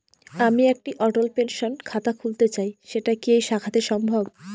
আমি একটি অটল পেনশন খাতা খুলতে চাই সেটা কি এই শাখাতে সম্ভব?